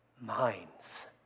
Minds